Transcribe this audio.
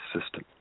system